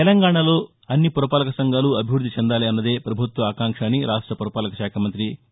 తెలంగాణలో అన్ని పురపాలక సంఘాలు అభివృద్ధి చెందాలన్నదే పభుత్వ ఆకాంక్ష అని రాష్ట పురపాలక శాఖ మంతి మంతి కే